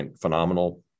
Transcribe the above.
phenomenal